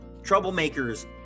troublemakers